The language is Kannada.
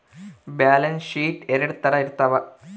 ಬ್ಯಾಲನ್ಸ್ ಶೀಟ್ ಎರಡ್ ತರ ಇರ್ತವ